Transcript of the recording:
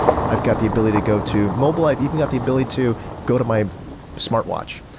i've got the ability to go to mobile. i've even got the ability to go to my smart watch,